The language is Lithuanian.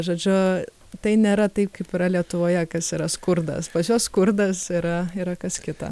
žodžiu tai nėra taip kaip yra lietuvoje kas yra skurdas pas juos skurdas yra yra kas kita